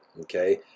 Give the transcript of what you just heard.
Okay